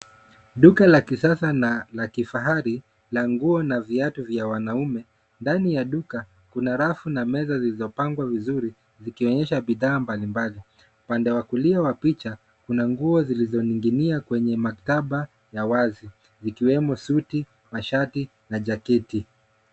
Duka la kisasa na la kifahari la nguo na viatu vya wanaume. Ndani ya duka kuna rafu na meza zilizopangwa vizuri zikionyesha bidhaa mbalimbali. Upande wa kulia wa picha kuna nguo zilizoning'inia kwenye maktaba ya wazi ikiwemo suti, mashati na jaketi.